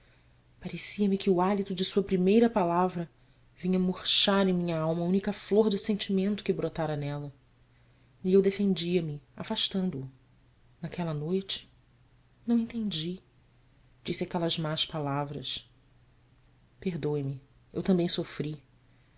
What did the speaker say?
parecia-me que o hálito de sua primeira palavra vinha murchar em minha alma a única flor de sentimento que brotara nela e eu defendia me afastando-o naquela noite não o entendi disse aquelas más palavras perdoe-me eu também sofri